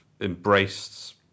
embraced